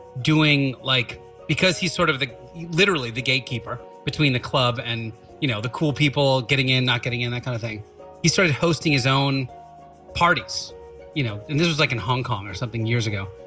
doing like because he sort of the literally the gatekeeper between the club and you know the cool people getting in not getting in that kind of thing he started hosting his own parties you know and it was like in hong kong or something years ago,